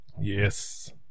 yes